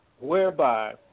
whereby